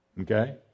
Okay